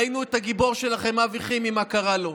ראינו את הגיבור שלכם אבי חימי, מה קרה לו.